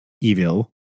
evil